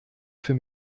für